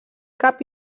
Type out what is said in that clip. cap